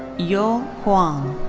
you huang.